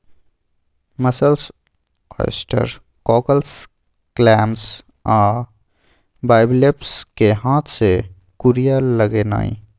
mussels, oysters, cockles, clams आ bivalves कें हाथ से कूरिया लगेनाइ